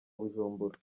bujumbura